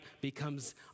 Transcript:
becomes